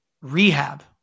rehab